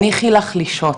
הניחי לך לשהות,